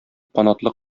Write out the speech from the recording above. канатлы